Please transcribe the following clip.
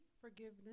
forgiveness